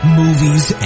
movies